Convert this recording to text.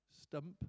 stump